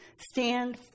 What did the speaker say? stand